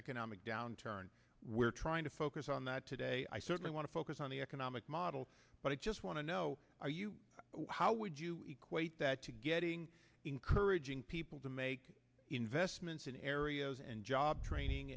economic downturn we're trying to focus on that today i certainly want to focus on the economic model but i just want to know are you how would you equate that to getting encouraging people to make investments in areas and job